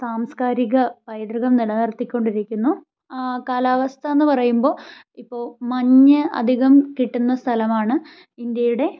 സാംസ്കാരിക പൈതൃകം നിലനിർത്തിക്കൊണ്ടിരിക്കുന്നു കാലാവസ്ഥാന്ന് പറയുമ്പോൾ ഇപ്പോൾ മഞ്ഞ് അധികം കിട്ടുന്ന സ്ഥലമാണ് ഇന്ത്യയുടെ